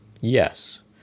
yes